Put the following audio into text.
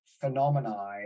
phenomena